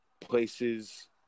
places